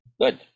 Good